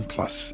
Plus